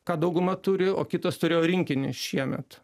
ką dauguma turi o kitas turėjo rinkinį šiemet